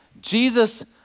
Jesus